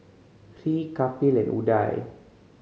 Hri Kapil and Udai